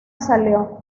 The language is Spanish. salió